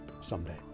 someday